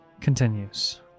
continues